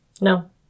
No